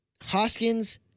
Hoskins